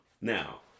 Now